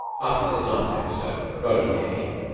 after this last episode roland gave in.